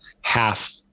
half